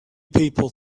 people